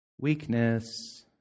Weakness